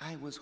i was